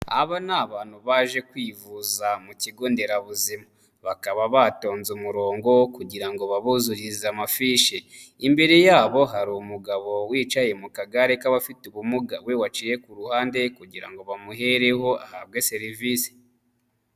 Aba ni abantu baje kwivuza mu kigo nderabuzima bakaba batonze umurongo kugira ngo babuzuhize amafishi, imbere yabo hari umugabo wicaye mu kagare k'abafite ubumuga we waciye ku ruhande kugira ngo bamuhereho ahabwe serivisi.